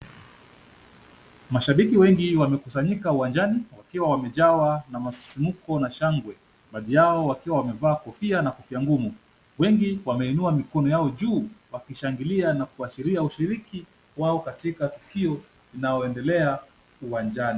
Mashabiki wengi wamekusanyika uwanjani wakiwa wamejawa na msisimko na shangwe baadhi yao wakiwa wamevalia kofia na kofia ngumu. Wengi wameinua mikono yao juu wakishangilia na kuashiria ushiriki wao katika tukio linaloendelea uwanjani.